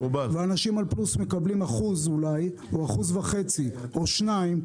ואנשים על פלוס מקבלים 1% אולי או 1.5% או 2%,